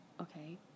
okay